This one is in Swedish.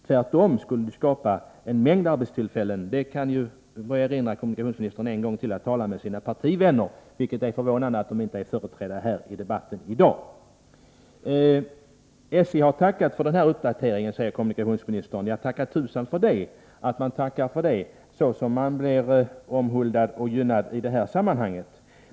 Tvärtom skulle det skapa en mängd arbetstillfällen — jag råder kommunikationsministern att en gång till tala med sina partivänner om den saken. Det är förvånande att de inte är företrädda i debatten här i dag. SJ har tackat för uppdateringen, säger kommunikationsministern. Ja, tacka tusan för det, såsom SJ blir omhuldat och gynnat i det sammanhanget.